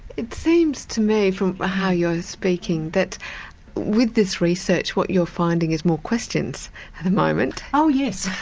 it seems to me from how you're speaking that with this research what you're finding is more questions at the moment. oh yes,